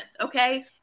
okay